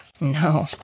No